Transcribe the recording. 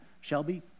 Shelby